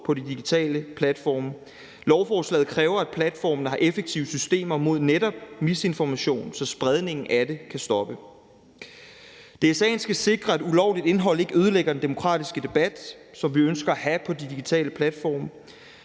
på de digitale platforme. Med lovforslaget kræves det, at platformene har effektive systemer mod netop misinformation, så spredningen af det kan stoppe. DSA'en skal sikre, at ulovligt indhold ikke ødelægger den demokratiske debat, som vi ønsker at have på de digitale platforme,